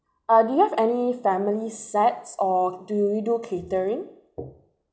uh do you have any family sets or do you do catering